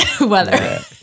weather